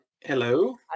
hello